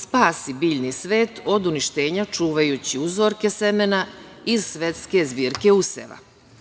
spasi biljni svet od uništenja, čuvajući uzorke semena iz svetske zbirke useva. Srbija